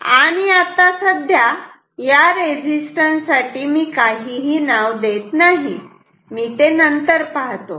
आणि आता सध्या या रेजिस्टन्स साठी मी काहीही नाव देत नाही मी ते नंतर पाहतो